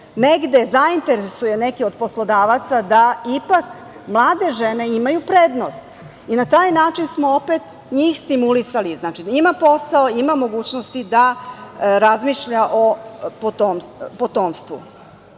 negde zainteresuje neki od poslodavaca da ipak mlade žene imaju prednost. I na taj način smo opet njih stimulisali, znači, ima posao, ima mogućnosti da razmišlja o potomstvu. Druga